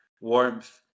warmth